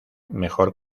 mejor